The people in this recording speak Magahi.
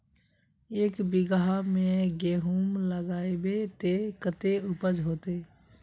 एक बिगहा में गेहूम लगाइबे ते कते उपज होते?